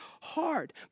hard